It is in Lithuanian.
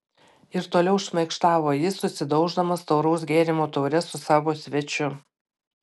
ir toliau šmaikštavo jis susidauždamas tauraus gėrimo taure su savo svečiu